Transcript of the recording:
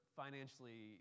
financially